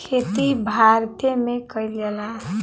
खेती भारते मे कइल जाला